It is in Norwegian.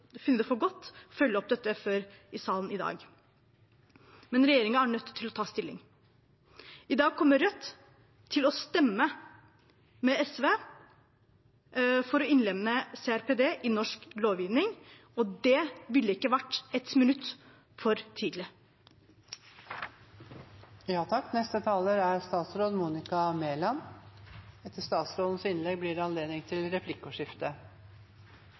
det for godt å følge opp dette før i salen i dag. Men regjeringen er nødt til å ta stilling. I dag kommer Rødt til å stemme med SV for å innlemme CRPD i norsk lovgivning. Det ville ikke vært et minutt for tidlig. Norge ratifiserte FN-konvensjonen om rettighetene til mennesker med nedsatt funksjonsevne, CRPD, i 2013. Norge er forpliktet til